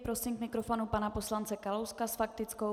Prosím k mikrofonu pana poslance Kalouska s faktickou.